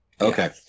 Okay